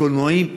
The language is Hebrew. קולנועים,